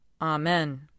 Amen